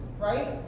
right